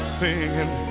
singing